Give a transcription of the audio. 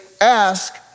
ask